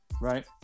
right